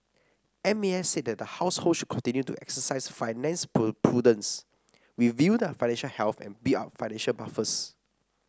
M A S said that households should continue to exercise financial put prudence review their financial health and build up financial buffers